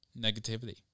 Negativity